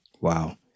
wow